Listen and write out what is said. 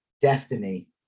destiny